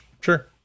Sure